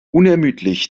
unermüdlich